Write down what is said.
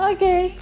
Okay